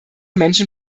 menschen